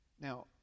Now